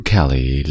Kelly